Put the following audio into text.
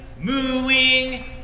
mooing